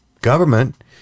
government